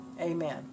Amen